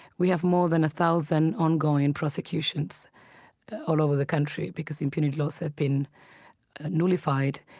we have more than a thousand ongoing prosecutions all over the country because impunity laws have been nullified.